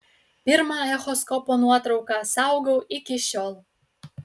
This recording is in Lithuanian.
pirmą echoskopo nuotrauką saugau iki šiol